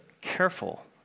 careful